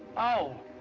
oh.